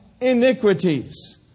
iniquities